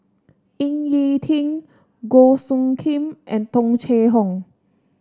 Ying E Ding Goh Soo Khim and Tung Chye Hong